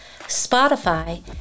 Spotify